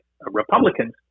Republicans